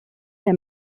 der